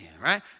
Right